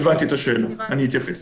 הבנתי את השאלה, אני אתייחס.